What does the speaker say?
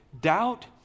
Doubt